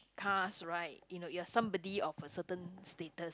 cars right you know you are somebody of a certain status